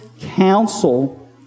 counsel